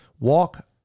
Walk